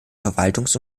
verwaltungs